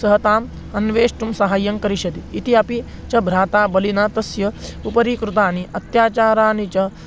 सः ताम् अन्वेष्टुं सहायं करिष्यति इति अपि च भ्रात्रा बलिना तस्य उपरि कृतानि अत्याचाराणि च